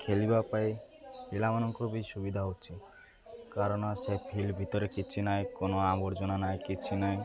ଖେଳିବା ପାଇଁ ପିଲାମାନଙ୍କର ବି ସୁବିଧା ହେଉଛି କାରଣ ସେ ଫିଲ୍ଡ ଭିତରେ କିଛି ନାହିଁ କ ଆବର୍ଜନା ନାହିଁ କିଛି ନାହିଁ